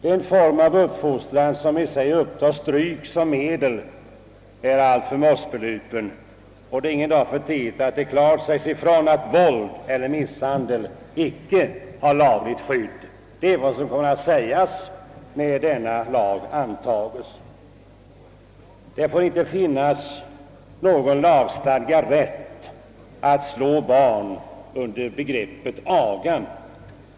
Den form av uppfostran som i sig upptar stryk som medel är mossbelupen, och det är ingen dag för tidigt att det klart sägs ifrån att våld eller misshandel icke har lagligt skydd. Det är vad som kommer att ske i och med att denna lag antas. Det får inte finnas någon lagstadgad rätt att slå barn under åberopande av begreppet aga.